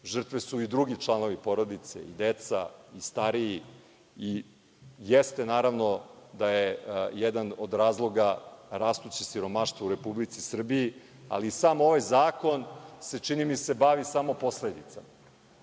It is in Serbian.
žrtve su i drugi članovi porodice i deca i stariji i jeste naravno da je jedan od razloga rastuće siromaštvo u Republici Srbiji, ali samo ovaj zakon se, čini mi se, bavi samo posledicama.